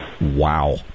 Wow